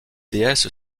déesse